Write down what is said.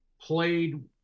played